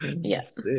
Yes